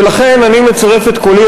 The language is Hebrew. ולכן אני מצרף את קולי,